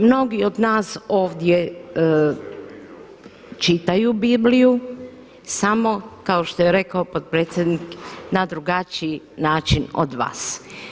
Mnogi od nas ovdje čitaju Bibliju samo, kao što je rekao potpredsjednik, na drugačiji način od vas.